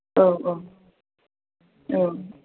औ औ औ